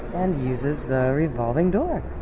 and uses the revolving door